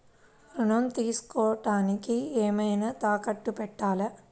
ఋణం తీసుకొనుటానికి ఏమైనా తాకట్టు పెట్టాలా?